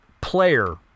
player